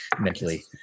mentally